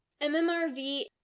MMRV